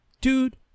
dude